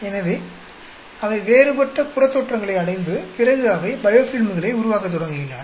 எனவே அவை வேறுபட்ட புறத்தோற்றங்களை அடைந்து பிறகு அவை பயோஃபிலிம்களை உருவாக்கத் தொடங்குகின்றன